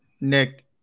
Nick